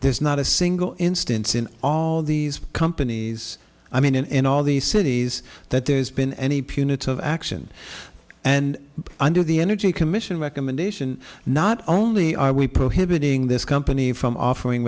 there's not a single instance in all of these companies i mean in all these cities that there's been any punitive action and under the energy commission recommendation not only are we prohibiting this company from offering